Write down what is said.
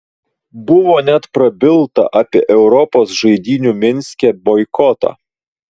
buvo net prabilta apie europos žaidynių minske boikotą